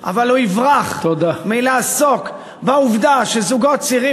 אבל הוא יברח מלעסוק בעובדה שזוגות צעירים